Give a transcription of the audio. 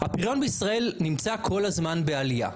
הפריון בישראל נמצא כל הזמן בעלייה.